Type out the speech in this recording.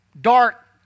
dark